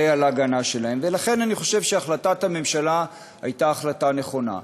לכן, אני חושב שהחלטת הממשלה הייתה החלטה נכונה.